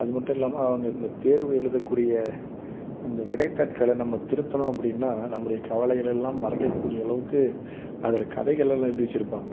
அது மட்டும் இல்லாமல் அவங்க இந்த தேர்வு எழுதக்கூடிய அந்த விடைத்தாட்களை நம்ம திருத்தினோம் அப்படின்னா நம்மோடைய கவலைகளெல்லாம் மறக்கக்கூடிய அளவுக்கு அதில் கதைகளெல்லாம் எழுதி வச்சுருப்பாங்க